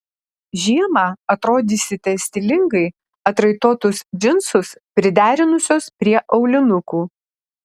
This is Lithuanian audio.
žiemą atrodysite stilingai atraitotus džinsus priderinusios prie aulinukų